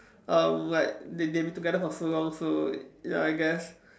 um like they've been together for so long so ya I guess